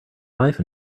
life